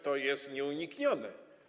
To jest nieuniknione.